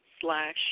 slash